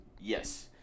Yes